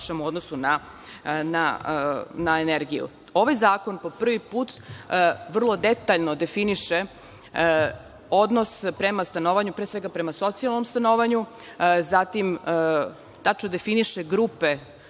u odnosu na energiju. Ovaj zakon po prvi put vrlo detaljno definiše odnos prema stanovanju, pre svega, prema socijalnom stanovanju, zatim tačno definiše grupe